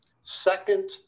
second